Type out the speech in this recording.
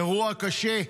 אירוע קשה,